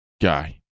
guy